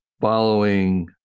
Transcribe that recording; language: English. following